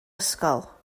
ysgol